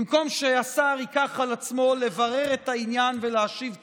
במקום שהשר ייקח על עצמו לברר את העניין ולהשיב תשובות,